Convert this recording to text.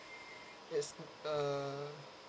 yes uh